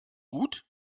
gut